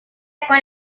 con